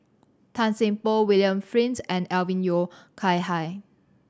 Tan Seng Poh William Flint and Alvin Yeo Khirn Hai